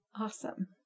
Awesome